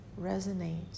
resonate